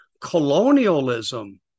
Colonialism